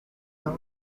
held